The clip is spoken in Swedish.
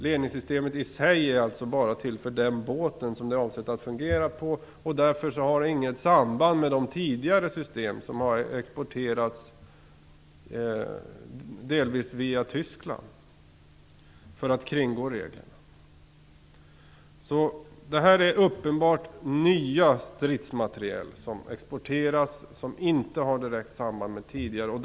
Ledningssystemet i sig är alltså bara till för den båt det är avsett att fungera på, och har därför inget samband med de tidigare system som har exporterats. En del av dessa har exporterats via Tyskland för att kringgå reglerna. Det är uppenbarligen ny stridsmateriel som exporteras. Den har inte något direkt samband med tidigare export.